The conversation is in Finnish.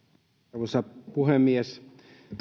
arvoisa puhemies